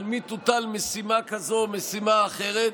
על מי תוטל משימה כזאת או משימה אחרת,